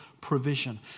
provision